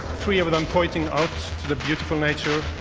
three of them pointing out to the beautiful nature.